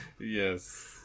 Yes